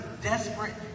desperate